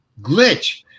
glitch